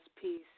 peace